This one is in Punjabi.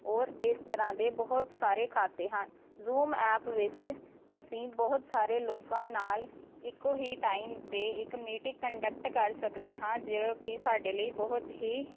ਔਰ ਇਸ ਤਰ੍ਹਾਂ ਦੇ ਬਹੁਤ ਸਾਰੇ ਖਾਤੇ ਹਨ ਜ਼ੂਮ ਐਪ ਵਿੱਚ ਅਸੀਂ ਬਹੁਤ ਸਾਰੇ ਲੋਕਾਂ ਨਾਲ ਇੱਕੋ ਹੀ ਟਾਈਮ 'ਤੇ ਇੱਕ ਮੀਟਿੰਗ ਕੰਡਕਟ ਕਰ ਸਕਦੇ ਹਾਂ ਜੋ ਕਿ ਸਾਡੇ ਲਈ ਬਹੁਤ ਹੀ